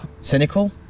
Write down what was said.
Cynical